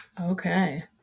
Okay